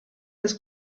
das